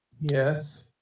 Yes